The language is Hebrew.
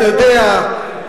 אתה יודע,